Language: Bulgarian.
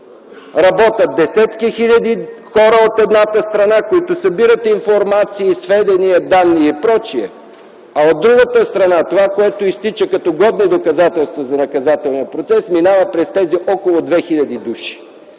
Работят десетки хиляди хора от едната страна, които събират информация, сведения, данни и пр., а от другата страна, това, което изтича като годни доказателства по наказателния процес, минава през тези около 2000 души.